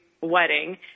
wedding